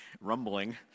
rumbling